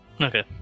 Okay